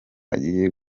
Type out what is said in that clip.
agiye